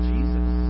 Jesus